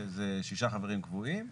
שזה שישה חברים קבועים.